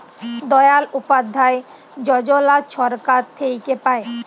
দয়াল উপাধ্যায় যজলা ছরকার থ্যাইকে পায়